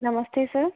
नमस्ते सर